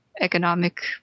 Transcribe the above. economic